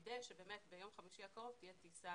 כדי שבאמת ביום חמישי הקרוב תהיה טיסה